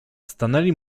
stanęli